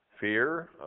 fear